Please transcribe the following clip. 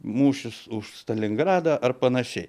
mūšis už stalingradą ar panašiai